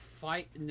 fight